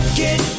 get